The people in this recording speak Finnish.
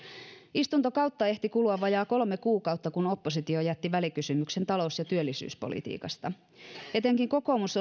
istuntokautta ehti kulua vajaa kolme kuukautta kun oppositio jätti välikysymyksen talous ja työllisyyspolitiikasta etenkin kokoomus